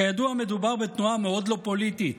כידוע, מדובר בתנועה מאוד לא פוליטית,